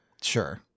Sure